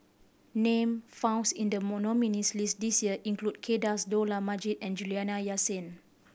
name founds in the nominees' list this year include Kay Das Dollah Majid and Juliana Yasin